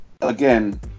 again